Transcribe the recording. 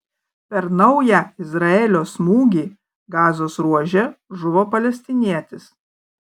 per naują izraelio smūgį gazos ruože žuvo palestinietis